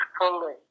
fully